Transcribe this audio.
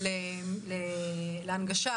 להנגשה